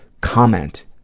comment